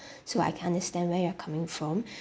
so I can understand where you're coming from